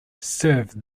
serve